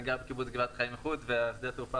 אני גר בקיבוץ בגבעת חיים איחוד ושדה התעופה